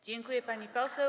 Dziękuję, pani poseł.